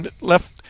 left